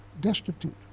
destitute